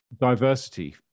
diversity